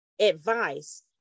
advice